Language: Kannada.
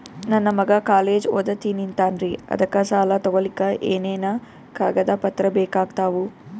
ನನ್ನ ಮಗ ಕಾಲೇಜ್ ಓದತಿನಿಂತಾನ್ರಿ ಅದಕ ಸಾಲಾ ತೊಗೊಲಿಕ ಎನೆನ ಕಾಗದ ಪತ್ರ ಬೇಕಾಗ್ತಾವು?